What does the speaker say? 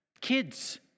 Kids